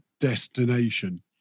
destination